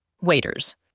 waiters